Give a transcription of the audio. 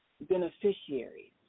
beneficiaries